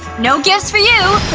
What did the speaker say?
no gifts for you.